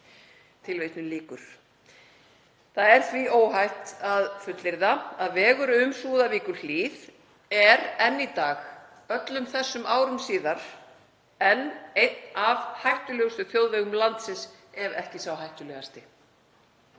á vegi.“ Það er því óhætt að fullyrða að vegurinn um Súðavíkurhlíð er enn í dag, öllum þessum árum síðar, einn af hættulegustu þjóðvegum landsins, ef ekki sá hættulegasti.